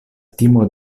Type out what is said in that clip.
timo